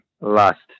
last